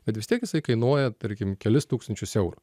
bet vis tiek jisai kainuoja tarkim kelis tūkstančius eurų